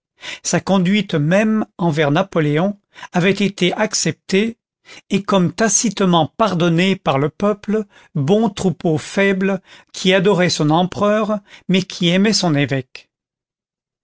sa conduite même envers napoléon avait été acceptée et comme tacitement pardonnée par le peuple bon troupeau faible qui adorait son empereur mais qui aimait son évêque